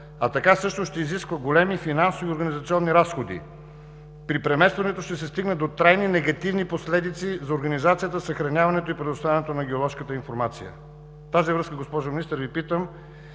а така също ще изисква големи финансови и организационни разходи. При преместването ще се стигне до трайни негативни последици за организацията, съхраняването и предоставянето на геоложката информация.“ В тази връзка, госпожо Министър, Ви питам: